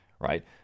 right